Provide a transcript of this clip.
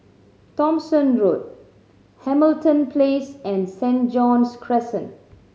Thomson Road Hamilton Place and Saint John's Crescent